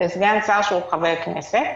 לסגן שר שהוא חבר כנסת,